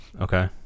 Okay